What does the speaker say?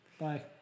Bye